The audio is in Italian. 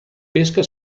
pesca